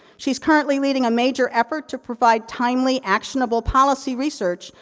she's currently leading a major effort to provide timely actionable policy research,